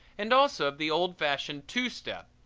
and also of the old-fashioned two-step,